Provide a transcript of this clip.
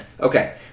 Okay